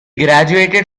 graduated